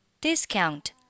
discount